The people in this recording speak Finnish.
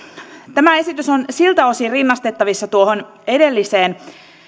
tämä esitys on siltä osin rinnastettavissa edelliseen